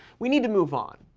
we need to move on.